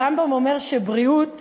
הרמב"ם אומר שבריאות זה: